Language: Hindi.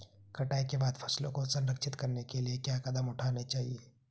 कटाई के बाद फसलों को संरक्षित करने के लिए क्या कदम उठाने चाहिए?